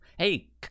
Hey